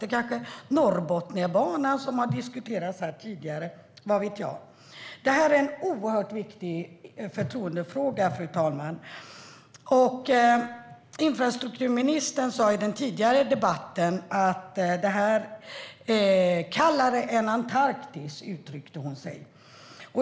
Det kanske är Norrbotniabanan, som har diskuterats här tidigare - vad vet jag? Detta är en mycket viktig förtroendefråga. Infrastrukturministern sa i den tidigare debatten att detta är kallare än Antarktis. Så uttryckte hon sig.